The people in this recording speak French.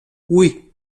oui